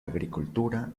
agricultura